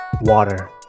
water